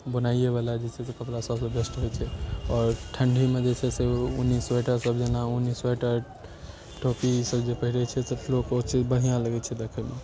बुनाइएवला कपड़ा जे छै से सभसँ बेस्ट होइ छै और ठण्ढीमे जे छै से ऊनी स्वेटरसभ जेना ऊनी स्वेटर टोपी ईसभ जे पहिरैत छै सेहो बहुत बढ़िआँ लगै छै देखैमे